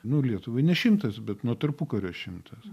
nu lietuvai ne šimtas bet nuo tarpukario šimtas